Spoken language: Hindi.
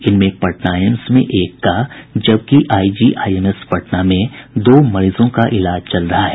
इनमें पटना एम्स में एक का जबकि आईजीआईएमएस पटना में दो मरीजों का इलाज चल रहा है